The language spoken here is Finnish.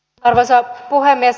arvoisa puhemies